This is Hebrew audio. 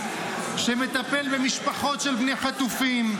שמטפל במשפחות של בני חטופים,